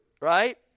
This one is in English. right